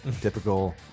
Typical